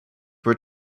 were